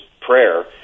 prayer